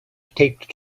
taped